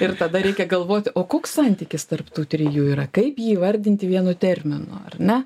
ir tada reikia galvoti o koks santykis tarp tų trijų yra kaip jį įvardinti vienu terminu ar ne